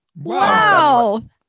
Wow